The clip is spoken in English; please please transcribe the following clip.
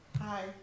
Hi